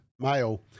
Male